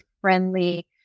friendly